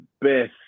best